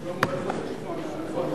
התשע"א 2011, לוועדת הכספים נתקבלה.